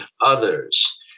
others